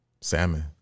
Salmon